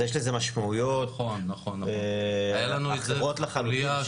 יש לזה משמעויות אחרות לחלוטין,